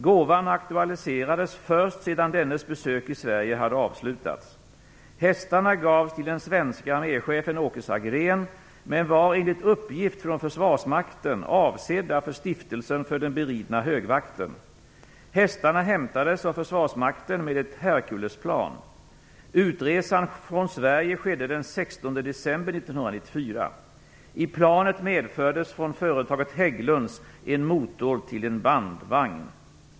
Gåvan aktualiserades först sedan dennes besök i Sverige hade avslutats. Hästarna gavs till den svenska arméchefen Åke Sagrén men var enligt uppgift från Försvarsmakten avsedda för Stiftelsen för den Beridna Högvakten. Hästarna hämtades av försvarsmakten med ett Herculesplan. Utresan från Sverige skedde den 16 december 1994. I planet medfördes från företaget Hägglunds en motor till en bandvagn.